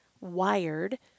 wired